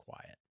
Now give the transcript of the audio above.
quiet